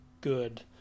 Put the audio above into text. good